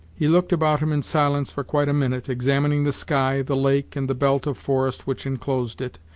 he looked about him in silence for quite a minute, examining the sky, the lake, and the belt of forest which inclosed it,